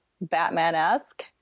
batman-esque